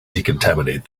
decontaminate